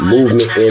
Movement